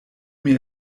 mir